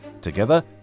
Together